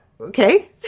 Okay